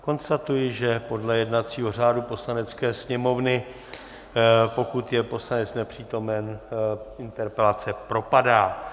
Konstatuji, že podle jednacího řádu Poslanecké sněmovny, pokud je poslanec nepřítomen, interpelace propadá.